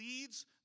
leads